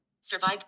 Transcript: Survive